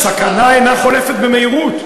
הסכנה אינה חולפת במהירות.